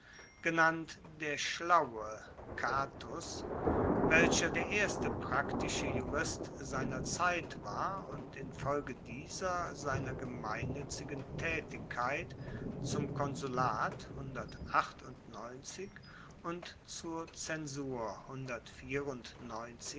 genannt der schlaue catus welcher der erste praktische jurist seiner zeit war und infolge dieser seiner gemeinnuetzigen taetigkeit zum konsulat und zur zensur